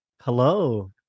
Hello